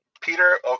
Peter